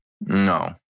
no